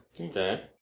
Okay